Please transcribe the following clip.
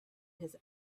his